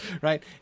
right